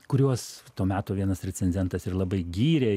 kuriuos to meto vienas recenzentas ir labai gyrė